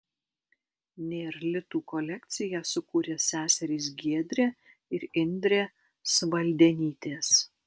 nėr litų kolekciją sukūrė seserys giedrė ir indrė svaldenytės